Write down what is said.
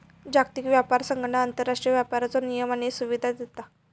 जागतिक व्यापार संघटना आंतरराष्ट्रीय व्यापाराचो नियमन आणि सुविधा देता